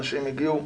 אנשים הגיעו,